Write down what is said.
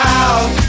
out